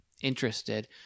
interested